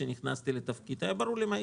כשנכנסתי לתפקידי והיה ברור לי מה יקרה,